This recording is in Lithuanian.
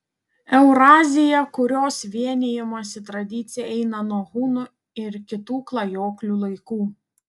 eurazija kurios vienijimosi tradicija eina nuo hunų ir kitų klajoklių laikų